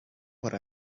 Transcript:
what